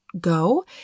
go